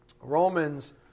Romans